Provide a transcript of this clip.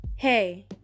Hey